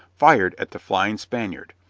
fired at the flying spaniard,